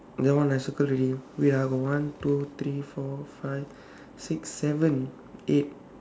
that one I circle already wait ah got one two three four five six seven eight